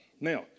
Now